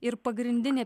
ir pagrindinė